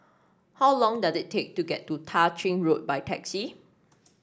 how long does it take to get to Tah Ching Road by taxi